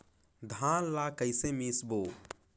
धान ला कइसे मिसबो?